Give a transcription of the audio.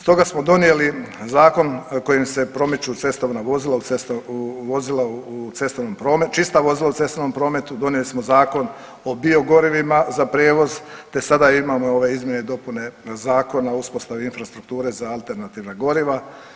Stoga smo donijeli zakon kojim se promiču cestovna vozila u cestovnom čista vozila u cestovnom prometu, donijeli smo Zakon o biogorivima za prijevoz te sada imamo ove izmjene i dopune Zakona o uspostavi infrastrukture za alternativna goriva.